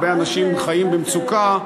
הרבה אנשים חיים במצוקה.